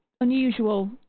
unusual